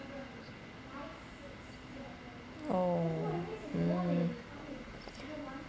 oh mm